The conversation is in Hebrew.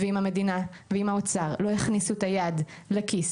ואם המדינה ואם האוצר לא יכניסו את היד לכיס